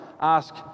ask